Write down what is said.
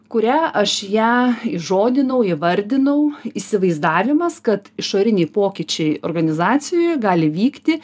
kurią aš ją įžodinau įvardinau įsivaizdavimas kad išoriniai pokyčiai organizacijoj gali vykti